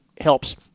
helps